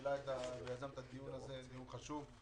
שהעלה ויזם את הדיון הזה, זה דיון חשוב.